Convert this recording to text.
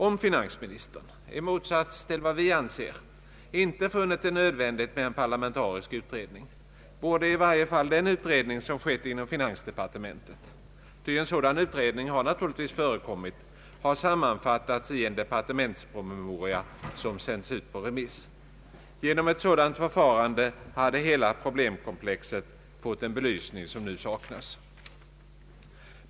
Om finansministern, i motsats till vad vi anser, inte funnit det nödvändigt med en parlamentarisk utredning, borde i varje fall den utredning som skett inom finansdepartementet — ty en sådan utredning har naturligtvis förekommit — ha sammanfattats i en departementspromemoria som sänts ut på remiss. Genom ett sådant förfarande hade hela problemkomplexet fått en belysning som nu saknas.